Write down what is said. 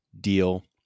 deal